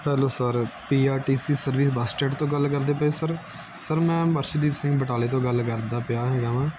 hello sir P R T C service bus stand ਤੋਂ ਗੱਲ ਕਰਦੇ ਪਏ ਸਰ ਸਰ ਮੈਂ ਅਰਸ਼ਦੀਪ ਸਿੰਘ ਬਟਾਲੇ ਤੋਂ ਗੱਲ ਕਰਦਾ ਪਿਆ ਹੈਗਾ ਵਾਂ